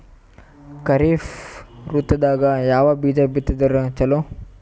ಖರೀಫ್ ಋತದಾಗ ಯಾವ ಬೀಜ ಬಿತ್ತದರ ಚಲೋ?